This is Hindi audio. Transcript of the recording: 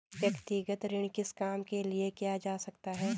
व्यक्तिगत ऋण किस काम के लिए किया जा सकता है?